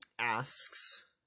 asks